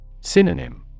Synonym